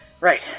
Right